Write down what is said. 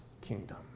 kingdom